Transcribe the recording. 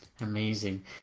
Amazing